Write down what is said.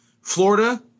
Florida